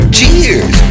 Cheers